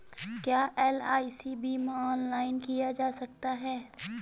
क्या एल.आई.सी बीमा ऑनलाइन किया जा सकता है?